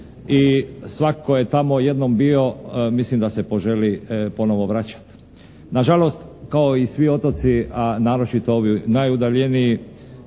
i svatko tko je tamo jednom bio, mislim da se poželi ponovo vraćati. Nažalost, kao i svi otoci, a naročito ovi najudaljeniji,